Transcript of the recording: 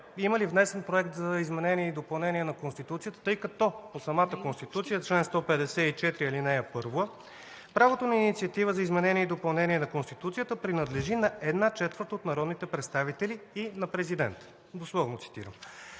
има ли внесен Проект за изменение и допълнение на Конституцията, тъй като по самата Конституция – чл. 154, ал. 1: „Правото на инициатива за изменение и допълнение на конституцията принадлежи на една четвърт от народните представители и на президента.“ Дословно цитирам.